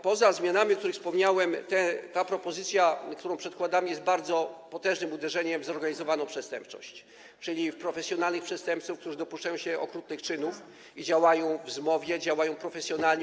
Poza zmianami, o których wspomniałem, ta propozycja, którą przedkładamy, jest bardzo potężnym uderzeniem w zorganizowaną przestępczość, czyli w profesjonalnych przestępców, którzy dopuszczają się okrutnych czynów i działają w zmowie, działają profesjonalnie.